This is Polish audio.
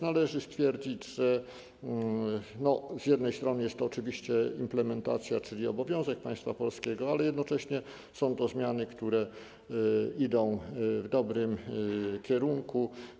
Należy więc stwierdzić, że z jednej strony jest to oczywiście implementacja, czyli obowiązek państwa polskiego, ale jednocześnie są to zmiany, które idą w dobrym kierunku.